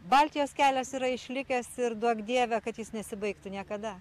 baltijos kelias yra išlikęs ir duok dieve kad jis nesibaigtų niekada